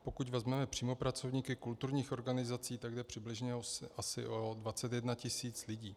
Pokud vezmeme přímo pracovníky kulturních organizací, jde přibližně asi o 21 tisíc lidí.